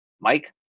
Mike